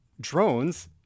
drones